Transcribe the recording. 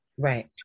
Right